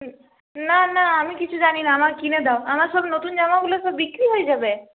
না না আমি কিছু জানি না আমাকে কিনে দাও আমার সব নতুন জামাগুলো সব বিক্রি হয়ে যাবে